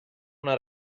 una